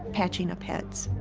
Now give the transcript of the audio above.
patching up heads,